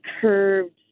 curved